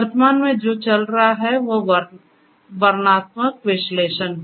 वर्तमान में जो चल रहा है वह वर्णनात्मक विश्लेषण है